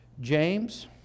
James